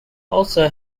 also